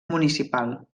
municipal